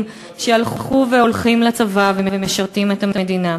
שהלכו והולכים לצבא ומשרתים את המדינה.